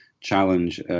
challenge